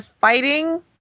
fighting